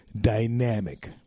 dynamic